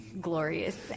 glorious